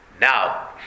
Now